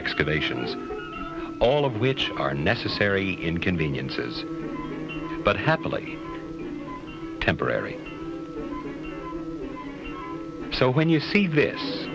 excavations all of which are necessary inconveniences but happily temporary so when you see this